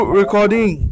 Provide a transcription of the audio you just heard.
recording